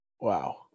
Wow